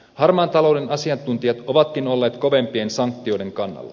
harmaan talouden asiantuntijat ovatkin olleet kovempien sanktioiden kannalla